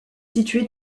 située